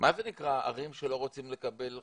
מה זה נקרא ערים שלא רוצים לקבל חרדים?